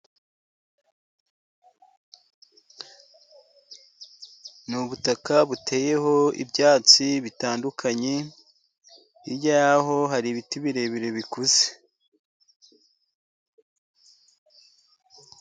Ni ubutaka buteyeho ibyatsi bitandukanye, hirya y'aho hari ibiti birebire bikuze.